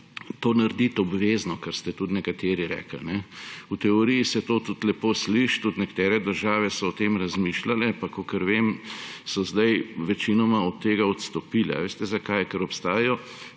to narediti obvezno, kar ste tudi nekateri rekli. V teoriji se to tudi lepo sliši, tudi nekatere države so o tem razmišljale, pa kakor vem, so zdaj večinoma od tega odstopile. Ali veste, zakaj? Ker obstajajo